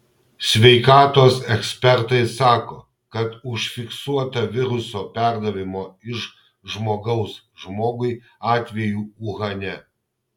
sveikatos ekspertai sako kad užfiksuota viruso perdavimo iš žmogaus žmogui atvejų uhane